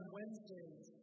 Wednesdays